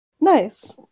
Nice